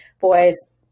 boys